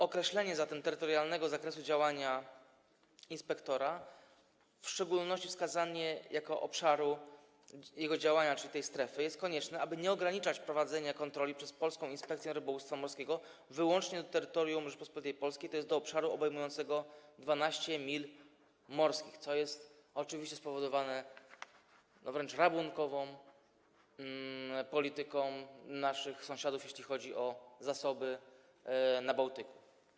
Określenie zatem terytorialnego zakresu działania inspektora, w szczególności wskazanie jako obszaru jego działania tej strefy, jest konieczne, aby nie ograniczać prowadzenia kontroli przez polską inspekcję rybołówstwa morskiego wyłącznie do terytorium Rzeczypospolitej Polskiej, tj. do obszaru obejmującego 12 mil morskich, co jest oczywiście spowodowane wręcz rabunkową polityką naszych sąsiadów, jeśli chodzi o zasoby na Bałtyku.